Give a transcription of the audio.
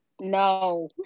No